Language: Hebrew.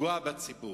לפגוע בציבור?